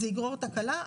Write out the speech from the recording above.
זה יגרור תקלה.